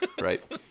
right